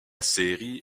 série